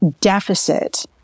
deficit